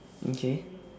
okay